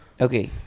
Okay